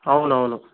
అవునవును